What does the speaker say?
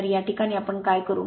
तर या प्रकरणात आम्ही काय करू